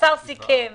שהשר סיכם וארגן,